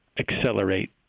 accelerate